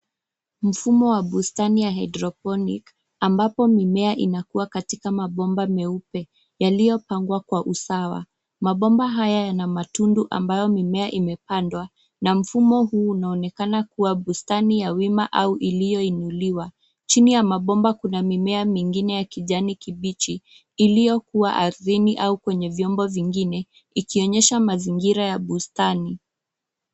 Mfumo wa bustani ya hydroponic ambapo mimea inakuwa katika mabomba meupe yaliyopangwa kwa usawa. Mabomba haya yana matundu ambayo mimea imepandwa na mfumo huu unaonekana kuwa bustani ya wima au iliyoinuliwa. Chini ya maomba kuna mimea mingine kijani kibichi iliyokuwa ardhini au kwenye vyombo vingine ikionyesha mazingira ya bustani.